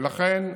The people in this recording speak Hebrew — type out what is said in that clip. לכן,